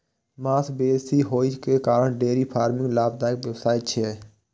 मांग बेसी होइ के कारण डेयरी फार्मिंग लाभदायक व्यवसाय छियै